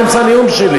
עכשיו, באמצע נאום שלי?